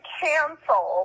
cancel